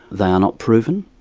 they are not proven.